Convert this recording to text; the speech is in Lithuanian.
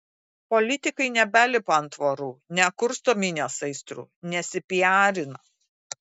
politikai nebelipa ant tvorų nekursto minios aistrų nesipiarina